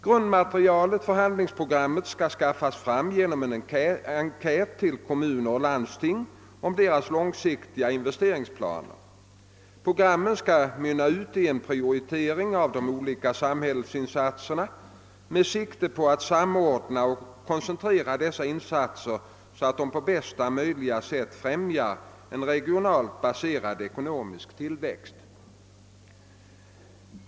Grundmaterialet för handlingsprogrammen skall skaffas fram genom en enkät till kommuner och landsting om deras långsiktiga investeringsplaner. Programmen skall mynna ut i en prioritering av de olika samhällsinsatserna med sikte på att samordna och koncentrera dessa insatser, så att de på bästa möjliga sätt främjar en regionalt balanserad ekonomisk tillväxt.